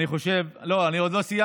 אני חושב, לא, אני עוד לא סיימתי.